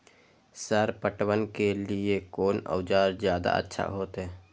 Sir पटवन के लीऐ कोन औजार ज्यादा अच्छा होते?